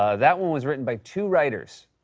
ah that one was written by two writers.